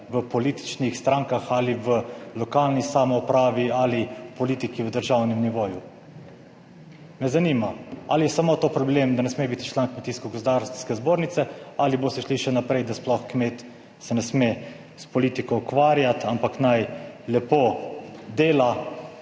v političnih strankah ali v lokalni samoupravi ali v politiki v državnem nivoju? Me zanima, ali je samo to problem, da ne sme biti član Kmetijsko gozdarske zbornice ali boste šli še naprej, **41. TRAK: (NB) – 15.20** (Nadaljevanje) da sploh kmet se ne sme s politiko ukvarjati, ampak naj lepo dela,